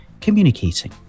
communicating